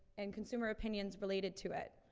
and consumer opinions related to it.